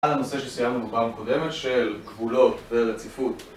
הנושא שסיימנו בפעם הקודמת של גבולות ורציפות.